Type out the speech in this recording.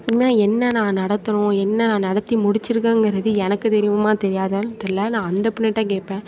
உண்மையா என்ன நான் நடத்தணும் என்ன நான் நடத்தி முடித்திருக்கேங்கிறது எனக்கு தெரியுமா தெரியாதானு தெரில நான் அந்த பொண்ணுகிட்ட தான் கேட்பேன்